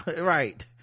right